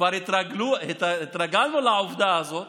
כבר התרגלנו לעובדה הזאת